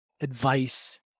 advice